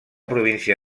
província